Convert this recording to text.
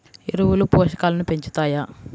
ఎరువులు పోషకాలను పెంచుతాయా?